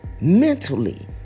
mentally